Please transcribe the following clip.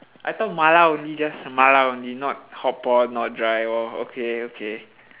I thought mala only just mala only not hotpot not dry or okay okay